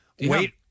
Wait